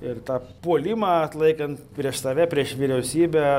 ir tą puolimą atlaikant prieš save prieš vyriausybę